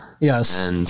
Yes